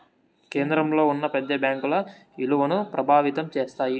కేంద్రంలో ఉన్న పెద్ద బ్యాంకుల ఇలువను ప్రభావితం చేస్తాయి